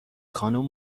خانوم